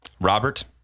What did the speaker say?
Robert